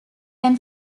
can